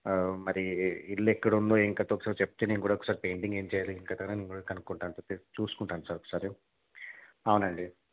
మరి ఇల్లు ఎక్కడుందో ఏం కథో ఒకసారి చెప్తే నేను కూడా ఒకసారి పెయింటింగ్ ఏం చేయాలి ఏం కథ నేను కూడా కనుక్కుంటాను చూసుకుంటాను సార్ ఒకసారి అవునండి